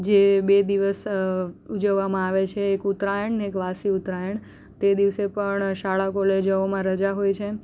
જે બે દિવસ ઉજવવામાં આવે છે ઉત્તરાયણ અને એક વાસી ઉત્તરાયણ તે દિવસે પણ શાળા કોલેજોમાં રજા હોય છે